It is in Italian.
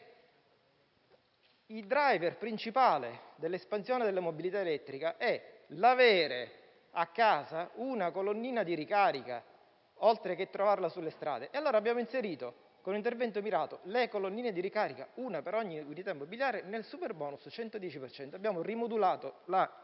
il *driver* principale dell'espansione della mobilità elettrica è l'avere a casa una colonnina di ricarica, oltre che trovarla sulle strade. Abbiamo inserito quindi un intervento mirato per le colonnine di ricarica, prevedendone una per ogni unità immobiliare nel superbonus al 110 per cento. Abbiamo rimodulato la normativa,